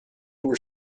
were